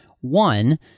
One